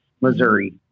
Missouri